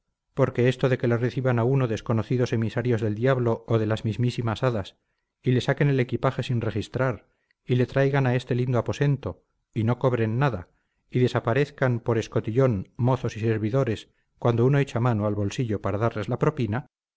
porque esto de que le reciban a uno desconocidos emisarios del diablo o de las mismísimas hadas y le saquen el equipaje sin registrar y le traigan a este lindo aposento y no cobren nada y desaparezcan por escotillón mozos y servidores cuando uno echa mano al bolsillo para darles la propina